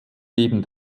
neben